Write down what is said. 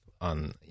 on